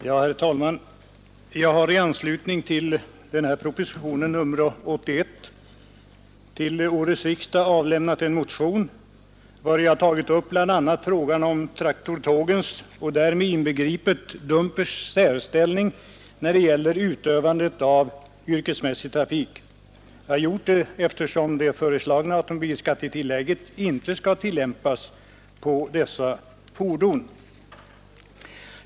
Herr talman! Jag har i anslutning till propositionen nr 81 till årets riksdag avlämnat en motion, vari jag tagit upp bl.a. frågan om traktortågens och därmed inbegripet dumpers särställning när det gäller utövandet av yrkesmässig trafik, eftersom det föreslagna automobilskattetillägget inte skall tillämpas på dessa fordon.